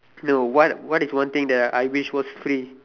no what what is one thing that I wish was free